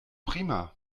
prima